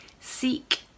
seek